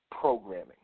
programming